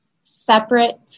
separate